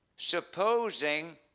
supposing